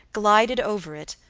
glided over it,